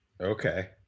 okay